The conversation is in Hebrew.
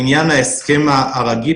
לעניין ההסכם הרגיל,